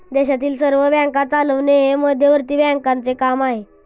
देशातील सर्व बँका चालवणे हे मध्यवर्ती बँकांचे काम आहे